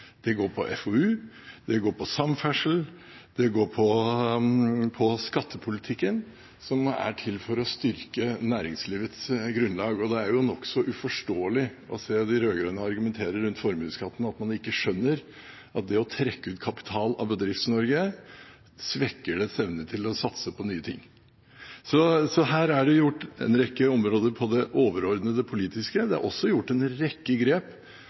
Det går på forskning og utvikling, FoU, det går på samferdsel og det går på skattepolitikken, som er til for å styrke næringslivets grunnlag. Og det er nokså uforståelig å høre de rød-grønne argumentere rundt formueskatten, og at man ikke skjønner at det å trekke ut kapital fra Bedrifts-Norge, svekker dets evne til å satse på nye ting. Så her er det gjort en rekke overordnede, politiske grep på flere områder, og det er også gjort en rekke grep